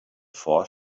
four